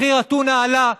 מחיר הטונה עלה.